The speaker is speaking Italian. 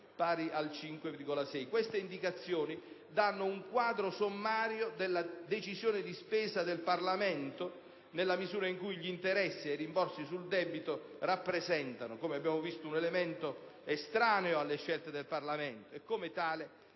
per cento. Queste indicazioni danno un quadro sommario della decisione di spesa del Parlamento, nella misura in cui gli interessi e i rimborsi sul debito rappresentano un elemento estraneo alle scelte del Parlamento, e come tale